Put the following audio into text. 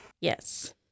Yes